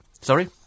Sorry